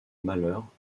malheur